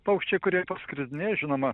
paukščiai kurie paskridinėja nežinoma